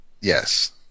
Yes